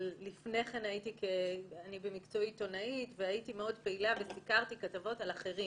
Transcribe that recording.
אני במקצועי עיתונאית והייתי מאוד פעילה וסיקרתי כתבות על אחרים,